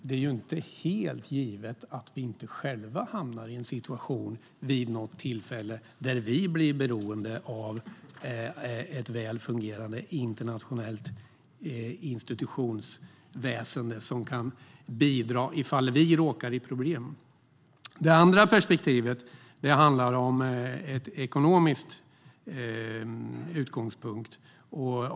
Det inte är helt givet att vi inte själva vid något tillfälle hamnar i en situation där vi blir beroende av ett väl fungerande internationellt institutionsväsen som kan bidra ifall vi råkar i problem. Det andra perspektivet är ekonomiskt.